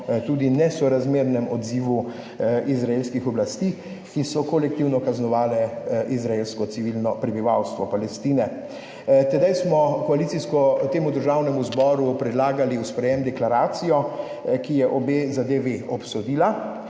tudi nesorazmernem odzivu izraelskih oblasti, ki so kolektivno kaznovale civilno prebivalstvo Palestine. Tedaj smo koalicijsko temu državnemu zboru predlagali v sprejem deklaracijo, ki je obe zadevi obsodila.